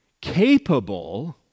capable